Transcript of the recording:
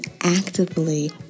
actively